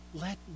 Let